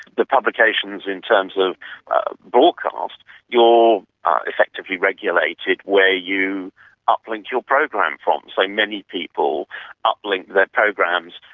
the publications in terms of broadcast, you're effectively regulated where you uplinked your program from. so many people uplink their programs,